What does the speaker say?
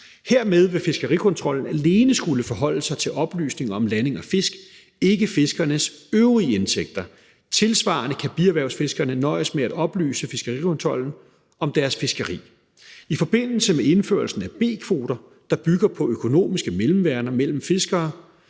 Hermed vil fiskerikontrollen alene skulle forholde sig til oplysninger om landing af fisk og ikke fiskernes øvrige indtægter. Tilsvarende kan bierhvervsfiskerne nøjes med at oplyse fiskerikontrollen om deres fiskeri. I forbindelse med indførelsen af B-kvoter, der bygger på økonomiske mellemværender mellem fiskere,